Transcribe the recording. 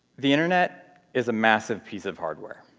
the internet is a massive piece of hardware.